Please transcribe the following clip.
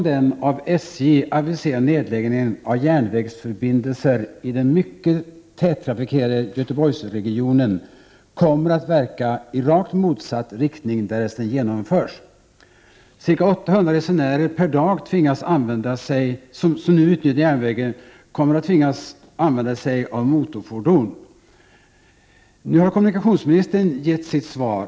Den av SJ aviserade nedläggningen av järnvägsförbindelsen i den mycket tättrafikerade Göteborgsregionen kommer att verka i rakt motsatt riktning, därest den genomförs. De ca 800 resenärer som per dag utnyttjar järnvägen kommer att tvingas använda sig av motorfordon. Nu har kommunikationsministern gett sitt svar.